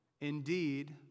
indeed